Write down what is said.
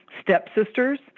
stepsisters